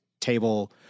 table